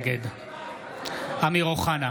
נגד אמיר אוחנה,